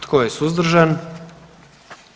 Tko je suzdržan?